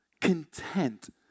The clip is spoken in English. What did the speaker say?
content